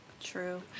True